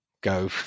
Go